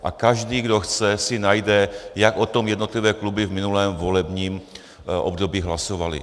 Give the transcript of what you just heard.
A každý, kdo chce, si najde, jak o tom jednotlivé kluby v minulém volebním období hlasovaly.